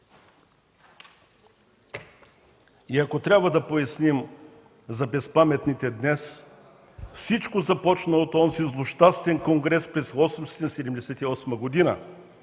И ако трябва да поясним за безпаметните днес, всичко започва от онзи злощастен конгрес през 1878 г.